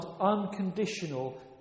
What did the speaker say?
unconditional